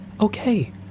Okay